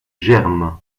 germent